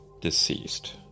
deceased